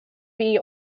fee